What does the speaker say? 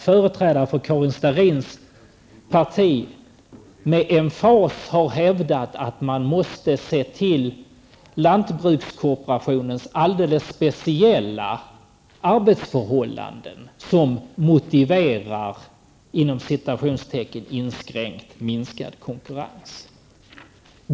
Företrädare för Karin Starrins parti har då med emfas hävdat att man måste se till lantbrukskooperationens alldeles speciella arbetsförhållanden, som ''motiverar'' minskad konkurrens.